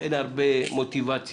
אין הרבה מוטיבציה,